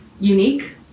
unique